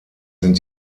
sind